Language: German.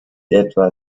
etwa